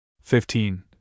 fifteen